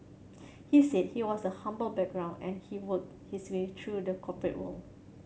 he said he was a humble background and he worked his way through the corporate world